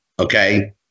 okay